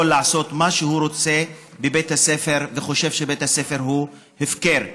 לעשות מה שהוא רוצה בבית הספר וחושב שבית הספר הוא הפקר.